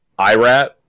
Irat